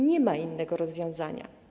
Nie ma innego rozwiązania.